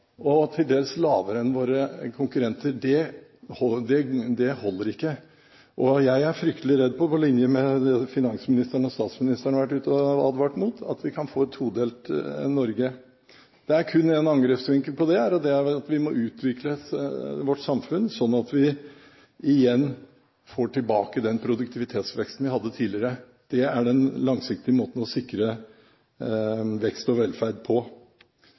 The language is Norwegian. og til dels lavere enn våre konkurrenter. Det holder ikke. Jeg er fryktelig redd for, på linje med det finansministeren og statsministeren har vært ute og advart mot, at vi kan få et todelt Norge. Det er kun én angrepsvinkel på det, og det er at vi må utvikle vårt samfunn sånn at vi får tilbake den produktivitetsveksten vi hadde tidligere. Det er den langsiktige måten å sikre vekst og velferd på.